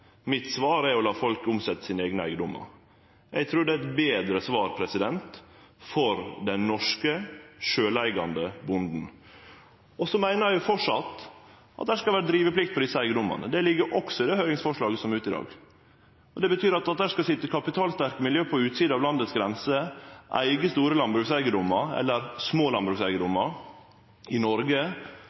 Mitt svar er å la folk omsetje sine eigne eigedomar. Eg trur det er eit betre svar for den norske sjølveigande bonden. Eg meiner framleis at det skal vere driveplikt på desse eigedomane. Det ligg også i det høyringsforslaget som er ute i dag. At det skal sitje kapitalsterke miljø på utsida av landegrensene og eige store landbrukseigedomar – eller små landbrukseigedomar – i Noreg